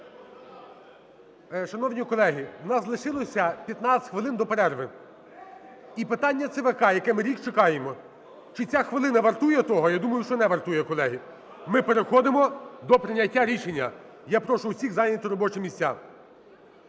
Шановні колеги! У нас лишилося 15 хвилин до перерви, і питання ЦВК, яке ми рік чекаємо. Чи ця хвилина вартує того? Я думаю, що не вартує, колеги. Ми переходимо до прийняття рішення, я прошу всіх зайняти робочі місця.